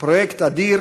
פרויקט אדיר